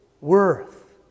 worth